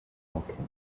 alchemist